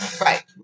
Right